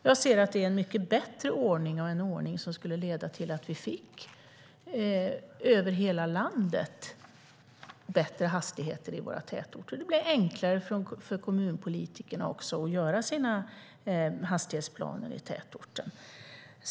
Jag ser att det är en bättre ordning, en ordning som skulle leda till att vi över hela landet fick bättre hastigheter i våra tätorter. Det skulle också bli enklare för kommunpolitikerna att göra hastighetsplaner i tätorten.